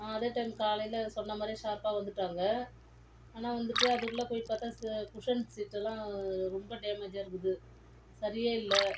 அதே டைம் காலையில் சொன்ன மாதிரி ஷார்ப்பாக வந்துடாங்க ஆனால் வந்துட்டு அதுக்குள்ளே போய் பார்த்தா குஷன் சீட்டுலாம் ரொம்ப டேமேஜ்ஜாக இருக்குது சரியே இல்லை